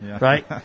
right